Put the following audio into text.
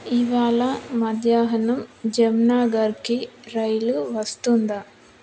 ఇవాళ మధ్యాహ్నం జామ్నగర్కి రైలు వస్తుందా